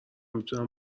میتونم